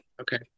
Okay